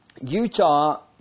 Utah